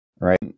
Right